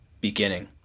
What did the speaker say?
beginning